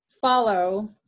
follow